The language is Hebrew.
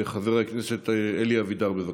חבר הכנסת אלי אבידר, בבקשה.